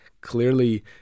clearly